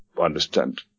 understand